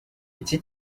iki